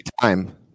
time